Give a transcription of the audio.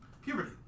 Puberty